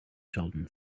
sheldon